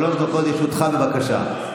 שלוש דקות לרשותך, בבקשה.